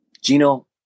Gino